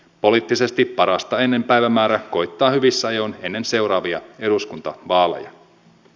poliittisesti parasta ennen päivämäärä koittaa hyvissä ajoin ennen seuraavia eduskuntavaaleja